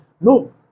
no